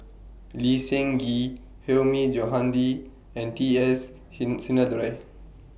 Lee Seng Gee Hilmi Johandi and T S Sin Sinnathuray